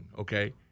okay